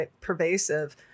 pervasive